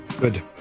Good